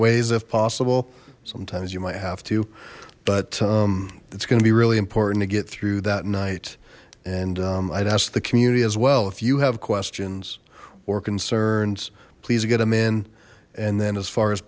ways if possible sometimes you might have to but it's going to be really important to get through that night and i'd ask the community as well if you have questions or concerns please get them in and then as far as